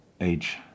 age